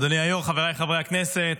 אדוני היושב-ראש, חבריי חברי הכנסת,